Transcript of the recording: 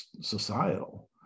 societal